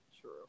true